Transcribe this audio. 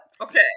okay